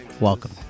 Welcome